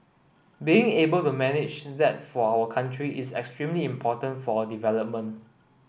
being able to manage that for our country is extremely important for our development